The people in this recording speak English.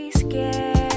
scared